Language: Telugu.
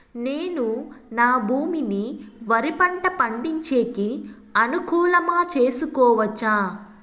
నేను నా భూమిని వరి పంట పండించేకి అనుకూలమా చేసుకోవచ్చా?